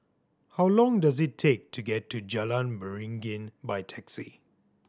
how long does it take to get to Jalan Beringin by taxi